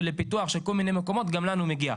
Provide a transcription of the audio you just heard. לפיתוח של כל מיני מקומות, גם לנו מגיע.